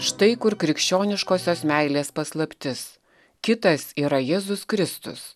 štai kur krikščioniškosios meilės paslaptis kitas yra jėzus kristus